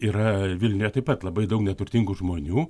yra vilniuje taip pat labai daug neturtingų žmonių